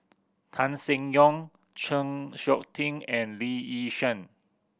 Tan Seng Yong Chng Seok Tin and Lee Yi Shyan